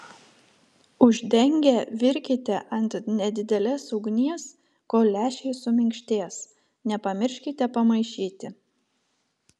uždengę virkite ant nedidelės ugnies kol lęšiai suminkštės nepamirškite pamaišyti